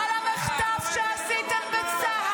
האמת כואבת.